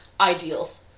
Ideals